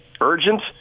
urgent